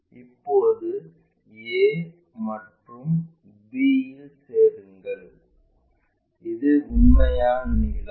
இப்போது a மற்றும் b இல் சேருங்கள் இது உண்மையான நீளம்